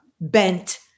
bent